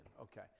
Okay